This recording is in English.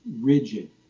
rigid